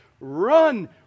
run